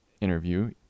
interview